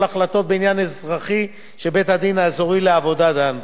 ההחלטות בעניין אזרחי שבית-הדין האזורי לעבודה דן בו.